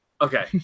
Okay